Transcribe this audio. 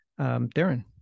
Darren